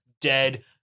dead